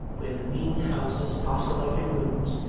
where the mean houses parcelled off in rooms,